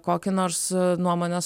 kokį nors nuomonės